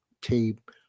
tape